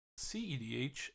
CEDH